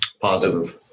positive